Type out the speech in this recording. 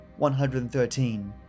113